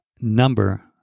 number